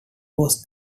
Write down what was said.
was